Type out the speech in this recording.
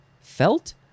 Felt